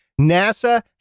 nasa